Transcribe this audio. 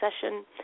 session